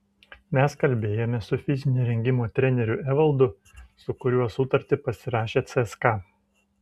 mes kalbėjome su fizinio rengimo treneriu evaldu su kuriuo sutartį pasirašė cska